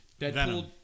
Deadpool